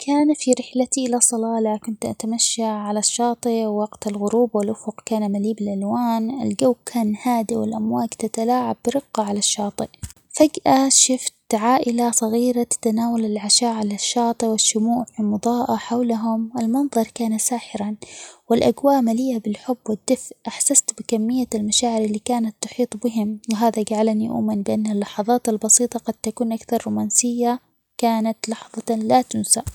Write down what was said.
كان في رحلتي إلى صلالة كنت أتمشى على الشاطئ وقت الغروب ،والافق كان مليء بالألوان ،الجو كان هادئ والأمواج تتلاعب برقة على الشاطئ فجأة شفت عائلة صغيرة تتناول العشاء على الشاطئ ،والشموع مضاءه حولهم، المنظر كان ساحرًا والأجواء مليئة بالحب والدفء أحسست بكمية المشاعر اللي كانت تحيط بهم ،وهذا جعلني أؤمن بأن اللحظات البسيطة قد تكون اكثر رومانسية، كانت لحظة لا تنسى.